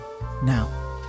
Now